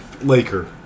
Laker